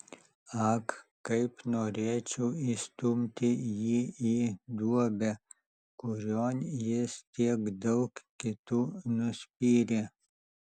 ak kaip norėčiau įstumti jį į duobę kurion jis tiek daug kitų nuspyrė